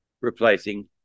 replacing